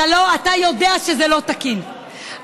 אתה יודע שזה לא תקין,